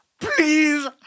Please